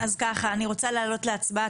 אז ככה, אני רוצה להעלות להצבעה.